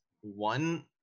one